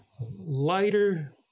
Lighter